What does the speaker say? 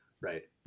Right